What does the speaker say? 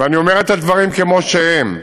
ואני אומר את הדברים כמו שהם,